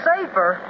Safer